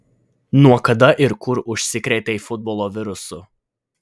nuo kada ir kur užsikrėtei futbolo virusu